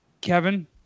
Kevin